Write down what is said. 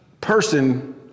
person